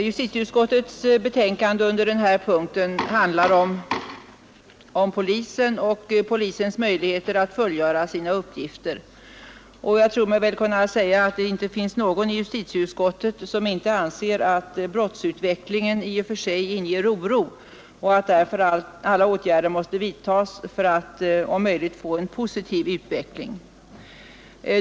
Herr talman! Punkten 7 i justitieutskottets betänkande handlar om polisen och om polisens möjligheter att fullgöra sina uppgifter. Jag tror mig kunna säga att det inte finns någon i justitieutskottet som inte anser att brottsutvecklingen inger oro och att alla åtgärder därför måste vidtas för att om möjligt åstadkomma en positiv utveckling.